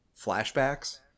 flashbacks